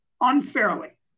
unfairly